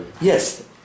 Yes